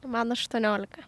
man aštuoniolika